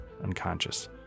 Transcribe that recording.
Unconscious